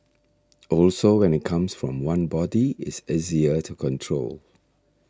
also when it comes from one body it's easier to control